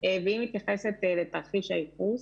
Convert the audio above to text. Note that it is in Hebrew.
והיא מתייחסת לתרחיש הייחוס.